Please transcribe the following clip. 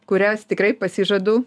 kurias tikrai pasižadu